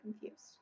confused